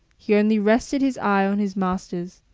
he only rested his eye on his master's,